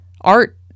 art